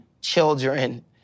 children